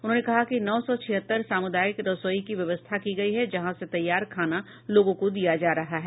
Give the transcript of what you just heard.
उन्होंने कहा कि नौ सौ छिहत्तर सामुदायिक रसोई की व्यवस्था की गयी है जहां से तैयार खाना लोगों को दिया जा रहा है